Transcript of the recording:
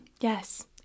Yes